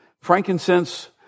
Frankincense